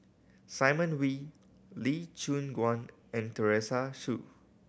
Simon Wee Lee Choon Guan and Teresa Hsu